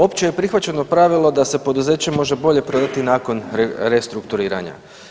Opće je prihvaćeno pravilo da se poduzeće može bolje prodati nakon restrukturiranja.